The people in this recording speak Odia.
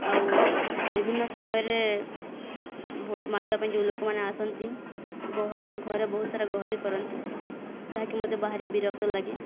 ଆଉ ବିଭିନ୍ନ ସମୟରେ ଭୋଟ୍ ମାଗିବା ପାଇଁ ଯେଉଁ ଲୋକମାନେ ଆସନ୍ତି ଗହଳି ଘରେ ବହୁତ ସାରା ଗହଳି କରନ୍ତି ଯାହାକି ମୋତେ ଭାରି ବିରକ୍ତ ଲାଗେ